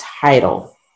title